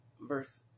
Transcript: Verse